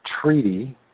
Treaty